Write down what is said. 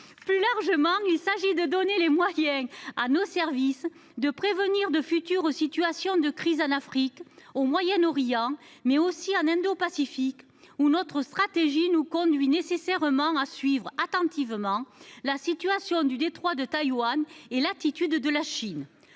Plus largement, il s’agit de donner à nos services les moyens de prévenir de futures situations de crise en Afrique, au Moyen Orient, mais aussi en Indo Pacifique, où notre stratégie nous conduit nécessairement à suivre attentivement l’évolution de la situation dans le détroit de Taïwan et l’attitude de la Chine.